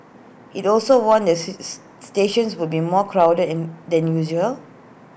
IT also warned that stations would be more crowded and than usual